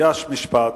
היה משפט,